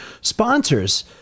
sponsors